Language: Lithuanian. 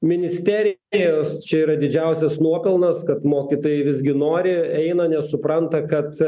ministerijos čia yra didžiausias nuopelnas kad mokytojai visgi nori eina nes supranta kad